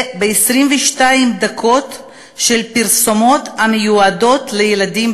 ביום ב-22 דקות של פרסומות המיועדות לילדים,